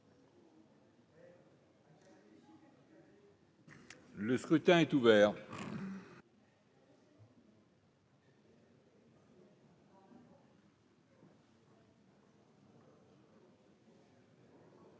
Le scrutin est ouvert.